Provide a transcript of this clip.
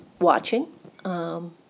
watching